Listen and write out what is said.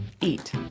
eat